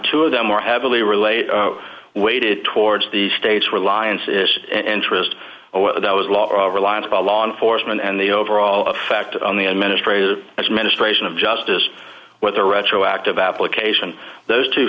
two of them were heavily related weighted towards the states reliance and interest that was law reliance by law enforcement and the overall effect on the administrative as ministration of justice whether retroactive application those t